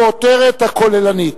הכותרת הכוללנית,